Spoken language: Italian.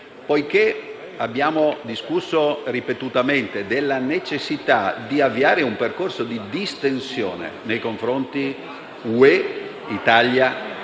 Poiché abbiamo discusso ripetutamente della necessità di avviare un percorso di distensione nei rapporti tra